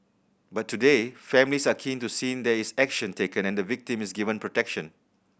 but today families are keen to seen there is action taken and the victim is given protection